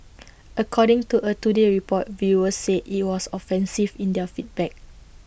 according to A today Report viewers said IT was offensive in their feedback